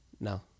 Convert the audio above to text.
No